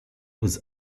was